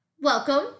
Welcome